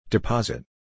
Deposit